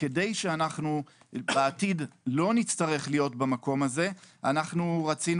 כדי שבעתיד לא נצטרך להיות במקום הזה רצינו